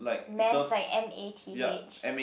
math like m_a_t_h